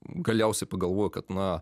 galiausiai pagalvojau kad na